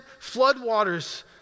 floodwaters